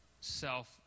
self